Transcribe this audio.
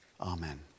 Amen